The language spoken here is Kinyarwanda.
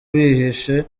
bihishe